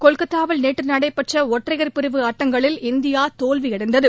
கொல்கத்தாவில் நேறறு நடைபெற்ற ஒற்றையர் பிரிவு ஆட்டங்களில் இந்தியா தோல்வியடைந்தது